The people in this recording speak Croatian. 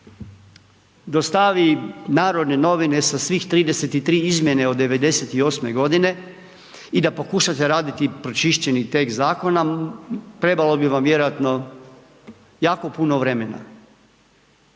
dostavi Narodne novine sa svih 33 izmjene od '98. godine i da pokušate raditi pročišćeni tekst zakona, trebalo bi vam vjerojatno jako puno vremena.